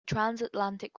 transatlantic